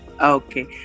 Okay